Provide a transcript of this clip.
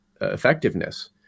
effectiveness